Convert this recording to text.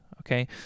okay